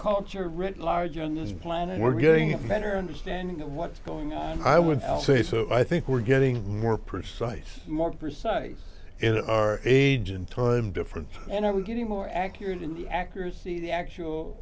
culture writ large on this planet we're getting a better understanding of what's going on i would say so i think we're getting more precise more precise in our age in time different and are we getting more accurate in the accuracy the actual